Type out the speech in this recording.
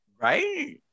Right